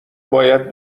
باید